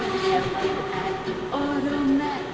help you at the automat